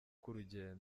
k’urugendo